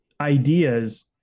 ideas